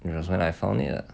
that's when I found it ah